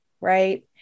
right